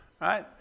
right